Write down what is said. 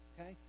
Okay